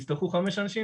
אם יצטרכו חמישה אנשים,